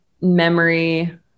memory